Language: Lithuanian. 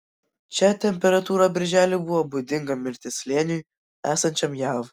čia temperatūra birželį buvo būdinga mirties slėniui esančiam jav